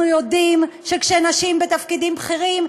אנחנו יודעים שכשנשים בתפקידים בכירים,